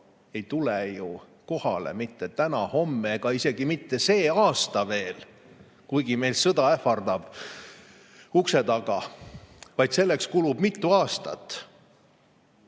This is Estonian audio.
ei tule ju kohale mitte täna-homme ega isegi mitte see aasta veel, kuigi meil sõda ähvardab ukse taga, vaid selleks kulub mitu aastat.